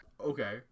Okay